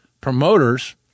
promoters